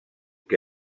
que